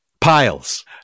piles